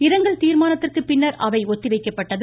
இரங்கல் தீர்மானத்திற்கு பின்னர் அவை ஒத்திவைக்கப்பட்டது